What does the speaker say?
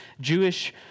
Jewish